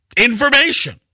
information